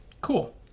cool